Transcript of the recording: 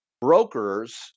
Brokers